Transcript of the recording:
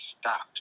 stopped